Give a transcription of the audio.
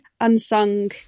unsung